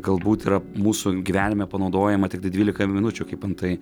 galbūt yra mūsų gyvenime panaudojama tiktai dvylika minučių kaip antai